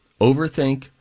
overthink